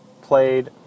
played